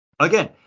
again